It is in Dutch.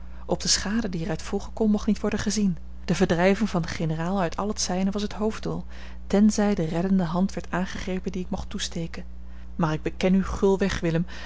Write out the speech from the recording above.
op de schade die er uit volgen kon mocht niet worden gezien de verdrijving van den generaal uit al het zijne was het hoofddoel tenzij de reddende hand werd aangegrepen die ik mocht toesteken maar ik beken u gulweg willem